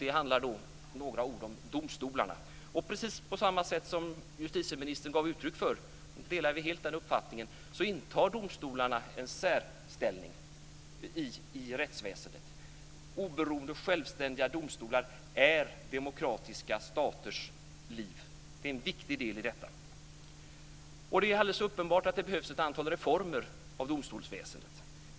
Det handlar då om domstolarna. Precis som justitieministern gav uttryck för - vi delar helt den uppfattningen - intar domstolarna en särställning i rättsväsendet. Oberoende självständiga domstolar är demokratiska staters liv. Det är alldeles uppenbart att det behövs ett antal reformer av domstolsväsendet.